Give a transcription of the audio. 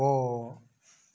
போ